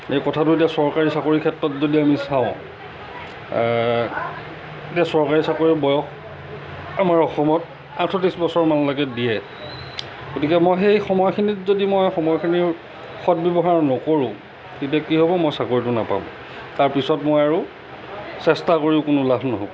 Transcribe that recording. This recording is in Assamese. এই কথাটো এতিয়া চৰকাৰী চাকৰিৰ ক্ষেত্ৰত যদি চাওঁ এতিয়া চৰকাৰী চাকৰিৰ বয়স আমাৰ অসমত আঠত্ৰিছ বছৰ মানলৈকে দিয়ে গতিকে মই সেই সময়খিনিত যদি মই সময়খিনিৰ সৎ ব্যৱহাৰ নকৰোঁ তেতিয়া কি হ'ব মই চাকৰিটো নাপাওঁ তাৰ পিছত মই আৰু চেষ্টা কৰিও কোনো লাভ নহ'ব